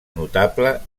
notable